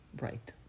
right